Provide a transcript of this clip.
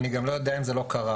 אני גם לא יודע אם זה לא קרה.